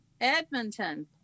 Edmonton